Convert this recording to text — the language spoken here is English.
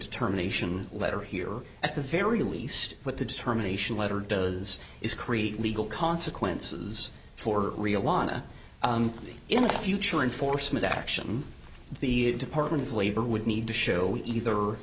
determination letter here at the very least what the determination letter does is create legal consequences for real wanna in the future and force me to action the department of labor would need to show